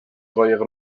قایق